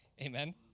Amen